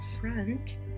front